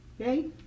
Okay